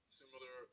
similar